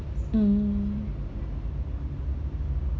mm